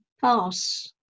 pass